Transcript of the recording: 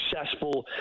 successful